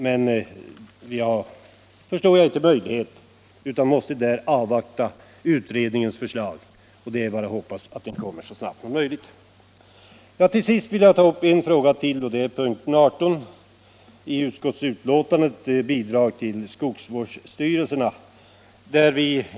Men jag förstår att det inte är möjligt att få till stånd sådana nu utan att utredningens förslag måste avvaktas. Det är bara att hoppas att det kommer så snabbt som möjligt. Till sist vill jag ta upp punkten 18 i betänkandet, Bidrag till skogsvårdsstyrelserna.